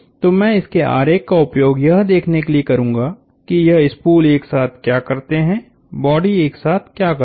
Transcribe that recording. तो मैं इसके आरेख का उपयोग यह देखने के लिए करूंगा कि यह स्पूल एक साथ क्या करते हैं बॉडी एक साथ क्या करती हैं